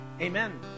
Amen